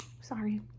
sorry